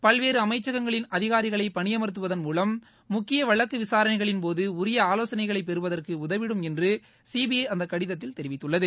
பல்வேறு அமைச்சகங்களின் அதிகாரிகளை பணியம்த்துவதன் மூலம் முக்கிய வழக்கு விசாரணைகளின்போது உரிய ஆலோசனைகளை பெறுதற்கு உதவிடும் என்று சிபிஐ அந்தக் கடிதத்தில் தெரிவித்துள்ளது